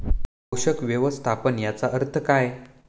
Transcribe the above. पोषक व्यवस्थापन याचा अर्थ काय?